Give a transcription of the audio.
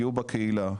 יהיו בקהילה,